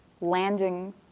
landing